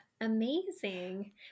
amazing